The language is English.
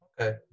Okay